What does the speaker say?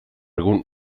egun